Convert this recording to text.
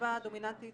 הסיבה הדומיננטית